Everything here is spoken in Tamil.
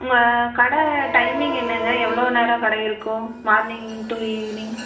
உங்கள் கடை டைமிங் என்னங்க எவ்வளோ நேரம் கடை இருக்கும் மார்னிங் டு ஈவினிங்